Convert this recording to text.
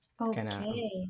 okay